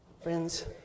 Friends